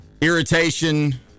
irritation